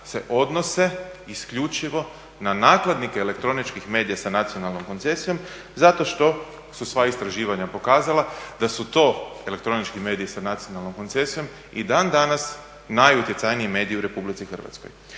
se odnose isključivo na nakladnike elektroničkih medija sa nacionalnom koncesijom zato što su sva istraživanja pokazala da su to elektronički mediji sa nacionalnom koncesijom i dan danas najutjecajniji mediji u RH. A što